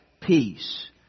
peace